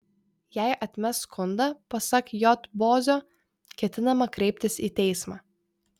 jei atmes skundą pasak j bozio ketinama kreiptis į teismą